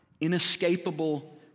inescapable